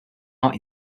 out